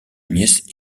nièce